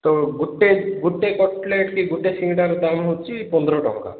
ତ ଗୋଟେ ଗୋଟେ କଟଲେଟ୍ କି ଗୋଟେ ସିଙ୍ଗଡ଼ାର ଦାମ୍ ହେଉଛି ପନ୍ଦର ଟଙ୍କା